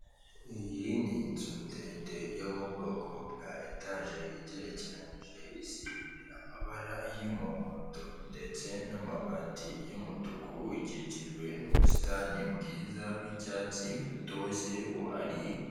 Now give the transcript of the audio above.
Iyi ni inzu ndende yo mu bwoko bwa etaje igerekeranyije isize amabara y'umuhondo ndetse n'amabati y'umutuku, ikikijwe n'ubusitani bwiza bw'icyatsi butoshye buhari.